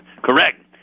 Correct